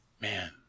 Man